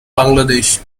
bangladesh